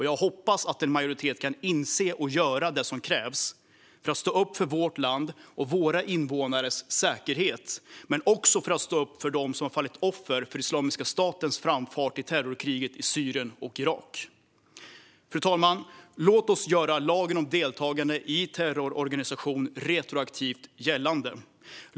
Jag hoppas att en majoritet kan inse och göra vad som krävs för att stå upp för vårt land och våra invånares säkerhet, men också stå upp för dem som fallit offer för Islamiska statens framfart i terrorkriget i Syrien och Irak. Fru talman! Låt oss göra lagen om deltagande i terrororganisation retroaktivt gällande.